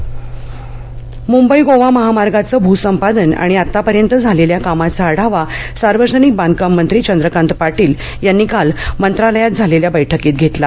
आढावा मुंबई गोवा महामार्गाचं संपादन आणि आतापर्यंत झालेल्या कामाचा आढावा सार्वजनिक बाधकाममत्री चंद्रकांत पाटील यांनी काल मंत्रालयात झालेल्या बैठकीत घेतला